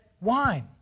wine